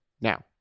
now